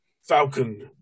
Falcon